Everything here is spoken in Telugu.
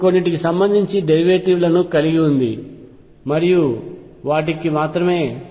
ఇప్పుడు కొన్నింటికి సంబంధించి డెరివేటివ్లను కలిగి ఉంది మరియు వాటికి మాత్రమే